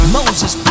Moses